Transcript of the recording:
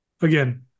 again